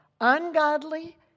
Ungodly